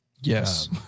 Yes